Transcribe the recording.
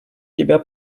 тебя